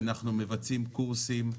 אנחנו מבצעים קורסים,